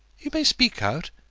you may speak out.